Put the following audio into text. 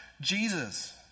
Jesus